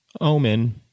omen